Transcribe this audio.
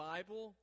Bible